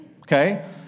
Okay